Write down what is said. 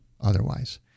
otherwise